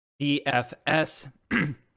DFS